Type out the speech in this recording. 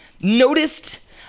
noticed